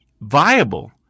viable